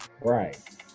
Right